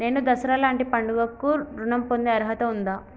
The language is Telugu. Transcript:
నేను దసరా లాంటి పండుగ కు ఋణం పొందే అర్హత ఉందా?